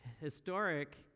historic